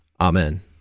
Amen